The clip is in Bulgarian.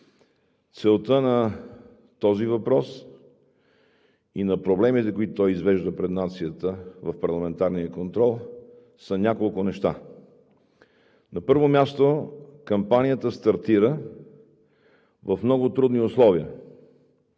Целта на този въпрос и на проблемите, които той извежда пред нацията в парламентарния контрол, са няколко неща. На първо място, кампанията стартира в много трудни условия.